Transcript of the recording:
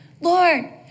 Lord